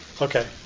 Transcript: Okay